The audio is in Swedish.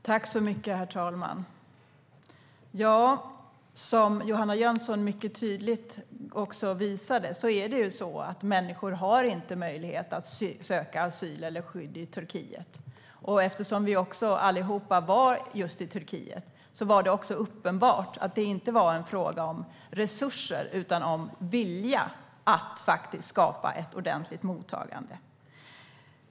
Herr talman! Som Johanna Jönsson mycket tydligt visade har människor inte möjlighet att söka asyl i Turkiet. Eftersom vi allihop var i Turkiet var det uppenbart för oss att det inte var en fråga om resurser utan om vilja att skapa ett ordentligt mottagande.